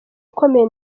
ukomeye